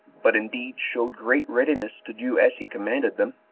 but indeed showed great readiness to do as he commanded them,